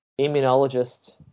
immunologist